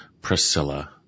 Priscilla